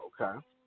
okay